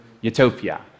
Utopia